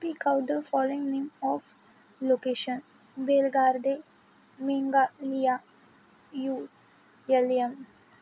speak out the following name of location Bellegarde Mengalia U L M